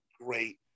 great